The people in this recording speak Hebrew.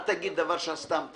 אל תגיד דבר שסתם.